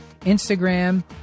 Instagram